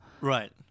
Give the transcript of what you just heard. right